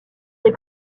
des